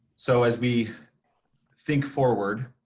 so as we think forward,